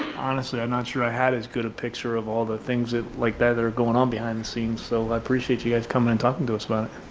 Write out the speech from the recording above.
honestly, i'm not sure i had as good a picture of all the things that like that are going on behind the scenes. so i appreciate you guys coming and talking to us